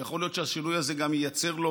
ויכול להיות שהשינוי הזה גם מייצר לו